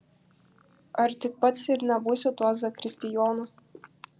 ar tik pats ir nebūsi tuo zakristijonu